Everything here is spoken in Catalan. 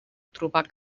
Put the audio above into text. trobar